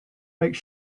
make